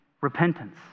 repentance